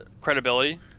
credibility